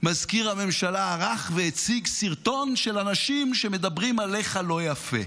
מזכיר הממשלה ערך והציג סרטון של אנשים שמדברים עליך לא יפה.